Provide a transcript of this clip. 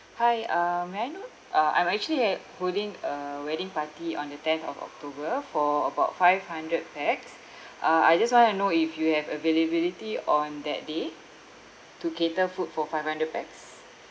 hi um may I know uh I'm actually hel~ holding a wedding party on the tenth of october for about five hundred pax uh I just want to know if you have availability on that day to cater food for five hundred pax